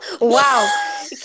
Wow